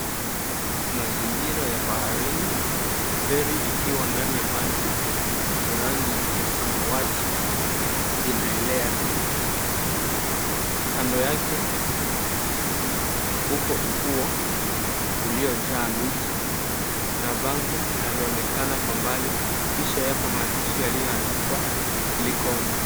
Mazingira ya baharini, feri ikiwa ndani ya maji, rangi ya samawati inaelea. Kando yake upo ufuo uliojaa miti na bango linaloonekana kwa mbali kisha yapo maandishi iliyoandikwa likoni.